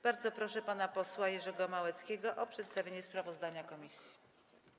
Bardzo proszę pana posła Jerzego Małeckiego o przedstawienie sprawozdania komisji.